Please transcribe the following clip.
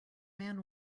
man